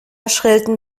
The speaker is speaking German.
schrillten